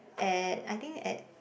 at I think at